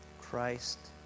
Christ